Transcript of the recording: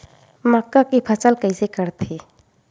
मक्का के फसल कइसे करथे?